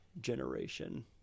generation